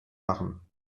machen